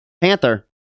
Panther